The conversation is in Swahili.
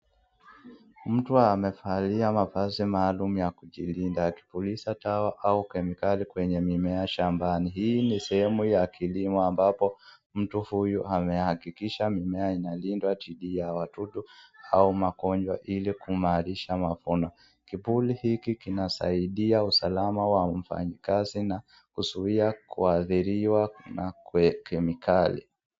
Mtu amevalia mavazi maalum ya kujilinda, akipuliza dawa au kemikali kwenye mimea shambani, hii ni sehemu ya kilimo ambapo mtu huyu anahakikisha mimea inalindwa dhidi ya wadudu au magonjwa ili kuimarisha mavuno, kivuli hiki kinasaidia usalama wa mfanyikazi na kuzuia kuadhiriwa na kamikali.